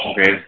okay